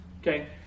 Okay